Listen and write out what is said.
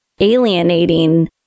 alienating